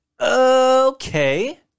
Okay